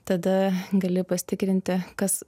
tada gali pasitikrinti kas